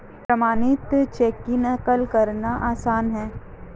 प्रमाणित चेक की नक़ल करना आसान है